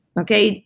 okay?